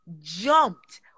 jumped